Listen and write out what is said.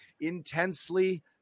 intensely